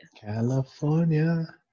California